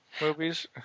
movies